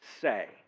say